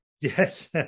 Yes